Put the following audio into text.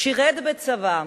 שירת בצבא,